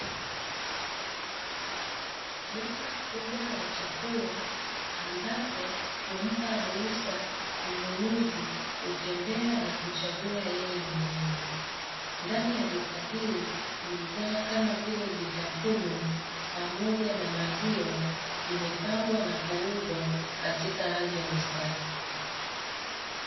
Duka kubwa la chakula ambapo humpa ruhusa mnunuzi kutembea na kuchagua yeye mwenyewe ndani ya duka, hili bidhaa kama vile vitafunwa pamoja na maziwa vimepangwa na kuuzwa katika hali ya usafi.